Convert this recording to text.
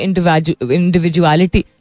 individuality